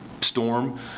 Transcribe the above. storm